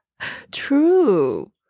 True